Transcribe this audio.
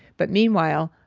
but meanwhile,